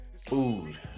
Food